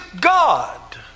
God